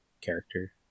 character